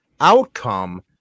outcome